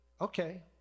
okay